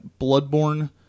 Bloodborne